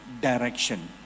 direction